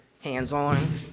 hands-on